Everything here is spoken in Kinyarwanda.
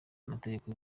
amategeko